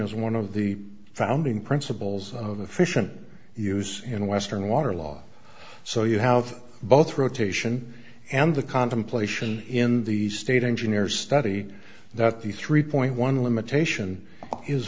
is one of the founding principles of the fission use in western water law so you have both rotation and the contemplation in the state engineers study that the three point one limitation is